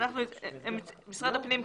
משרד הפנים,